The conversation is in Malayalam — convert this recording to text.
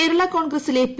കേരളാ കോൺഗ്രസിലെ പി